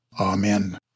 Amen